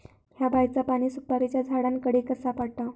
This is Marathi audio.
हया बायचा पाणी मी सुपारीच्या झाडान कडे कसा पावाव?